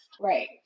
Right